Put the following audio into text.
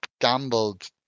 gambled